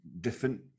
different